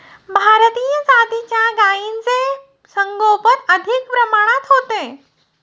भारतीय जातीच्या गायींचे संगोपन अधिक प्रमाणात होते